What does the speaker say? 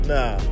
Nah